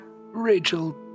Rachel